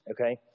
okay